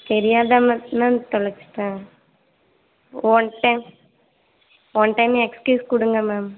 தெரியாது மேம் தொலைச்சிட்டடேன் one time one time excuse கொடுங்க மேம்